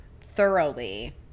thoroughly